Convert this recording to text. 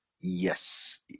yes